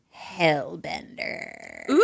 Hellbender